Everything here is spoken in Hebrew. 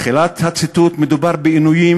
תחילת הציטוט: "מדובר בעינויים,